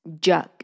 Jug